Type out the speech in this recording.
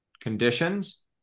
conditions